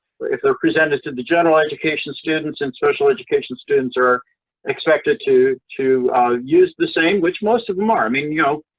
if they're presented to the general education students and special education students, they are expected to to use the same, which most of them are. i mean, you know,